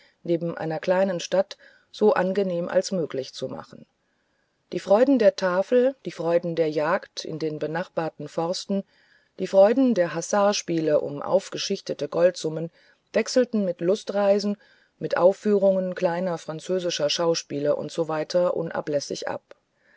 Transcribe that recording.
neben einer kleinen stadt so angenehm als möglich zu machen die freuden der tafel die freuden der jagd in den benachbarten forsten die freuden des hasardspiels um aufgeschichtete goldsummen wechselten mit lustreisen mit aufführung kleiner französischer schauspiele usw unablässig ab